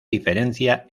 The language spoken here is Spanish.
diferencia